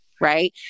right